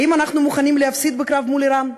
האם אנחנו מוכנים להפסיד בקרב מול איראן,